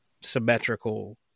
symmetrical